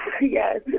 yes